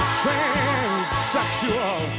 transsexual